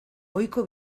ohiko